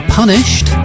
punished